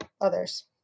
others